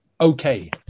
okay